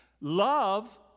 Love